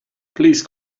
please